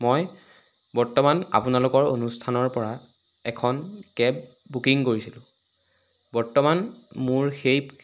মই বৰ্তমান আপোনালোকৰ অনুষ্ঠানৰ পৰা এখন কেব বুকিং কৰিছিলোঁ বৰ্তমান মোৰ সেই